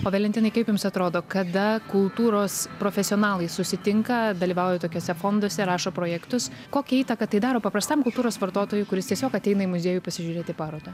o valentinai kaip jums atrodo kada kultūros profesionalai susitinka dalyvauja tokiuose fonduose rašo projektus kokią įtaką tai daro paprastam kultūros vartotojui kuris tiesiog ateina į muziejų pasižiūrėti parodą